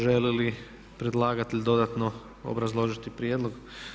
Želi li predlagatelj dodatno obrazložiti prijedlog?